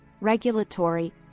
regulatory